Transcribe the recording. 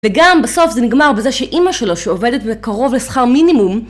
וגם בסוף זה נגמר בזה שאימא שלו שעובדת בקרוב לשכר מינימום